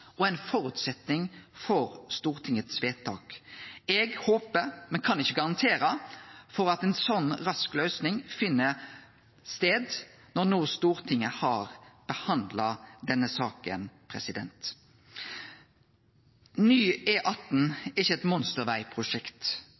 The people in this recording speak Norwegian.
og er ein føresetnad for Stortingets vedtak. Eg håpar, men kan ikkje garantere for, at ei slik rask løysing finn stad når no Stortinget har behandla denne saka. Ny E18 er ikkje eit